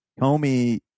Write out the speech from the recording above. Comey